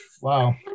wow